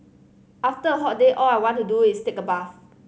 after a hot day all I want to do is take a bath